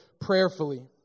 prayerfully